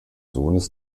sohnes